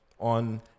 on